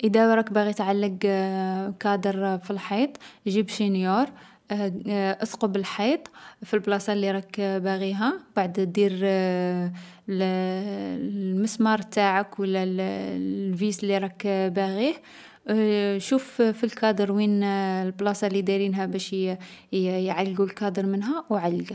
اذا راك باغي تعلّق كادر في الحيط، جيب شنيور اثقب الحيط في البلاصة لي راك باغيها مبعد دير الـ المسمار نتاعك و لا الـ الفيس لي راك باغيه. شوف فـ في الكادر وين البلاصة لي دايرينها باش يـ يـ يعلقو الكادر منها و علقه.